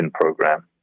program